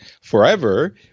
forever